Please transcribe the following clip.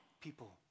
People